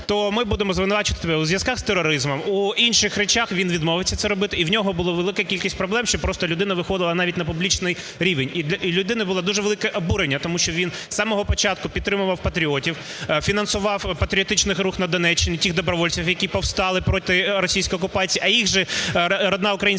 то ми будемо звинувачувати тебе у зв'язках з тероризмом, у інших речах". Він відмовився це робити, і в нього була велика кількість проблем, що просто людина виходила навіть на публічний рівень. І у людини було дуже велике обурення, тому що він з самого початку підтримував патріотів, фінансував патріотичний рух на Донеччині, тих добровольців, які повстали проти російської окупації, а їх же рідна українська